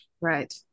right